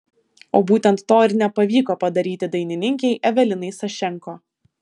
o būtent to ir nepavyko padaryti dainininkei evelinai sašenko